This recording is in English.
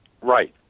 Right